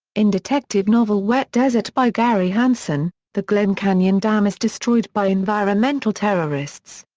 in detective novel wet desert by gary hansen, the glen canyon dam is destroyed by environmental terrorists.